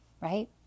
right